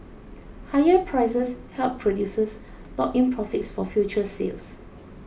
higher prices help producers lock in profits for future sales